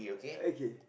okay